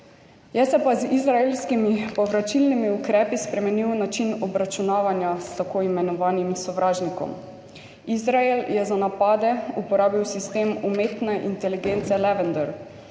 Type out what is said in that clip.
Se je pa z izraelskimi povračilnimi ukrepi spremenil način obračunavanja s tako imenovanim sovražnikom. Izrael je za napade uporabil sistem umetne inteligence Lavender.